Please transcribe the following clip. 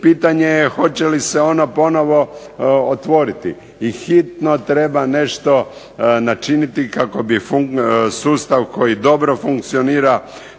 pitanje je hoće li se ono ponovno otvoriti. I hitno treba nešto načiniti kako bi sustav koji dobro funkcionira